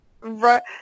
Right